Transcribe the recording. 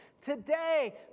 Today